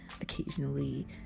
occasionally